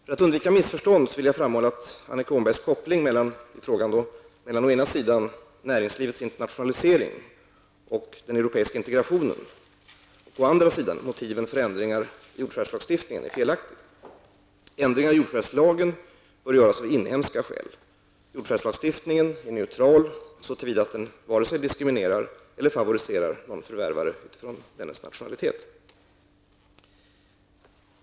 För att undvika missförstånd vill jag framhålla att Annika Åhnbergs koppling mellan å ena sidan näringslivets internationalisering och europeiska integration och å andra sidan motiven för ändringar i jordförvärvslagstiftningen är felaktig. Ändringar i jordförvärvslagen bör göras av inhemska skäl. Jordförvärvslagstiftningen är neutral så till vida att den vare sig diskriminerar eller favoriserar någon förvärvare utifrån dennes nationalitet.